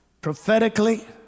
prophetically